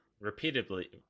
repeatedly